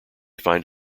find